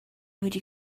wedi